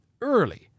early